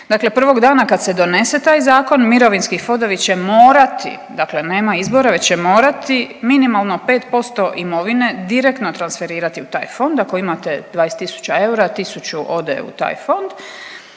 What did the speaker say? Dakle, prvog dana kad se donese taj zakon mirovinski fondovi će morati, dakle nema izbora već će morati minimalno 5% imovine direktno transferirati u taj fond, ako imate 20 tisuća eura tisuću ode u taj fond.